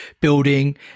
building